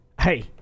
hey